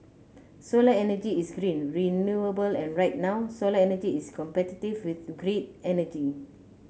solar energy is green renewable and right now solar energy is competitive with grid energy